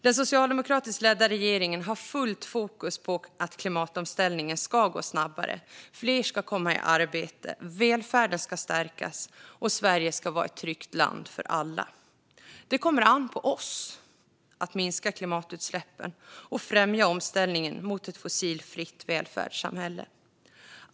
Den socialdemokratiskt ledda regeringen har fullt fokus på att klimatomställningen ska gå snabbare, att fler ska komma i arbete, att välfärden ska stärkas och att Sverige ska vara ett tryggt land för alla. Det kommer an på oss att minska klimatutsläppen och främja omställningen till ett fossilfritt välfärdssamhälle.